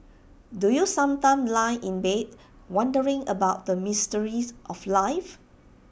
do you sometimes lie in bed wondering about the mysteries of life